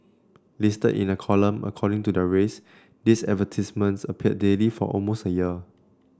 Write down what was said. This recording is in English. listed in a column according to their race these advertisements appeared daily for almost a year